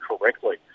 correctly